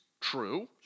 true